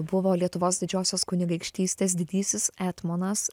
buvo lietuvos didžiosios kunigaikštystės didysis etmonas